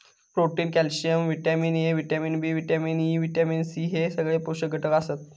protein, calcium, vitamin A, vitamin B, vitamin E, vitamin C हे सगळे पोषक घटक आसत